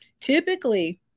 typically